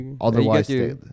otherwise